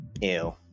Ew